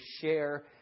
share